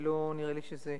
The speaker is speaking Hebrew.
ולא נראה לי שזה